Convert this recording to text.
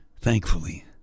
thankfully